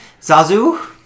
Zazu